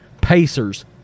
Pacers